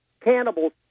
cannibals